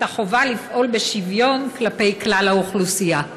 את החובה לפעול בשוויון כלפי כלל האוכלוסייה?